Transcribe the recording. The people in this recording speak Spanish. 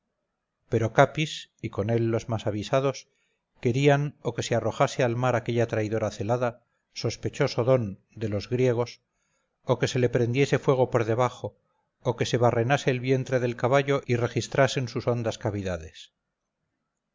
pero capis y con él los más avisados querían o que se arrojase al mar aquella traidora celada sospechoso don de los griegos o que se le prendiese fuego por debajo o que se barrenase el vientre del caballo y registrasen sus hondas cavidades